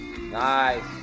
Nice